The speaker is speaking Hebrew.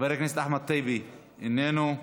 חבר הכנסת אחמד טיבי, איננו,